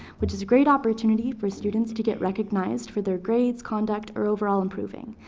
which is a great opportunity for students to get recognized for their grades, conduct, or overall improving.